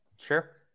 sure